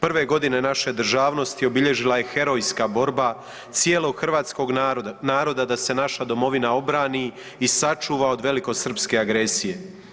Prve godine naše državnosti obilježila je herojska borba cijelog hrvatskog naroda da se naša domovina obrani i sačuva od velikosrpske agresije.